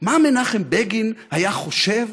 מה מנחם בגין היה חושב